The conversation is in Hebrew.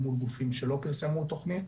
אל מול גופים שלא פרסמו תכנית